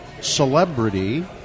celebrity